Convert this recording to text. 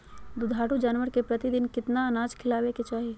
दुधारू जानवर के प्रतिदिन कितना अनाज खिलावे के चाही?